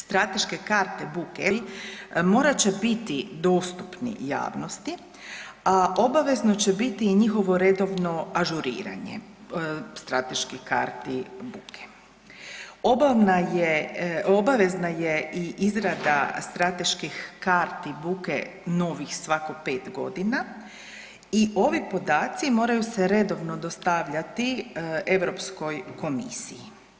Strateške karte buke i akcijski planovi morat će biti dostupni javnosti, a obavezno će biti i njihovo redovno ažuriranje, strateških karti buke. .../nerazumljivo/... obavezna je i izrada strateških karti buke novih, svako 5 godina i ovi podaci moraju se redovno dostavljati Europskoj komisiji.